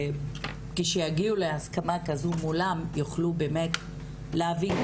שכשיגיעו להסכמה כזו מולם, הם יוכלו באמת להבין.